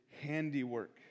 handiwork